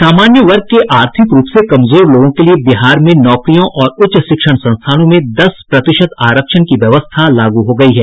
सामान्य वर्ग के आर्थिक रूप से कमजोर लोगों के लिये बिहार में नौकरियों और उच्च शिक्षण संस्थानों में दस प्रतिशत आरक्षण की व्यवस्था लागू हो गयी है